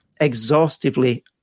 exhaustively